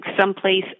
someplace